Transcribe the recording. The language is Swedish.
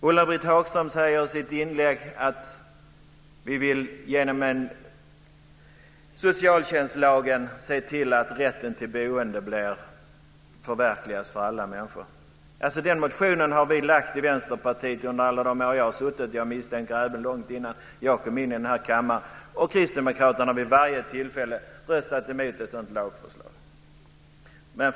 Ulla-Britt Hagström säger i sitt anförande att vi genom socialtjänstlagen vill se till att rätten till en bostad förverkligas för alla människor. Den motionen har vi lagt fram från Vänsterpartiet under alla år som jag har suttit i riksdagen, och säkert också långt innan jag kom in i denna kammare. Kristdemokraterna har vid varje tillfälle röstat emot ett sådant lagförslag. Fru talman!